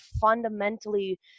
fundamentally